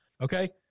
Okay